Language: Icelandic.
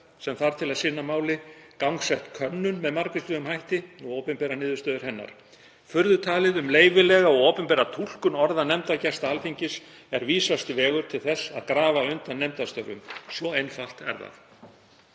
sem þarf til að sinna máli, gangsett könnun með margvíslegum hætti og opinberað niðurstöður hennar. Furðutalið um leyfilega og opinbera túlkun orða nefndargesta Alþingis er vísasti vegur til þess að grafa undan nefndarstörfum. Svo einfalt er það.